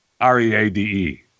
R-E-A-D-E